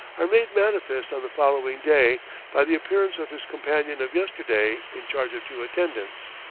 are made manifest on the following day by the appearance of his companion of yesterday in charge of two attendants,